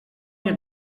nie